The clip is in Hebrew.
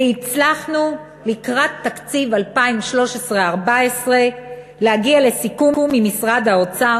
והצלחנו לקראת תקציב 2013 2014 להגיע לסיכום עם משרד האוצר